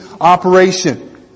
operation